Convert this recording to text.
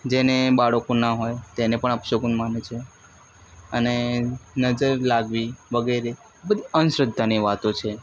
જેને બાળકો ના હોય તેને પણ અપશુકન માને છે અને નજર લાગવી વગેરે બધું અંધશ્રદ્ધાની વાતો છે